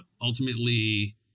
ultimately